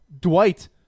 Dwight